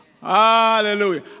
Hallelujah